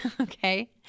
okay